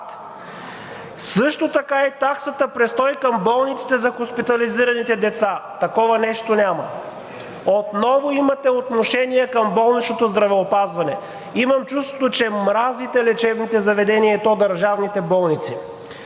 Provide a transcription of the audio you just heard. Също така и таксата „престой към болниците“ за хоспитализираните деца. Такова нещо няма. Отново имате отношение към болничното здравеопазване. Имам чувството, че мразите лечебните заведения, и то държавните болници.